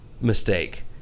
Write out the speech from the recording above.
mistake